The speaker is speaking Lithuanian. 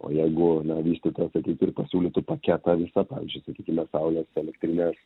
o jeigu na vystytojas ateitų ir pasiūlytų paketą visą pavyzdžiui sakykime saulės elektrinės